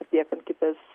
atliekant kitas